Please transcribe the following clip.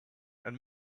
and